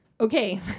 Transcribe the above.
okay